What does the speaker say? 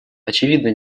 очевидна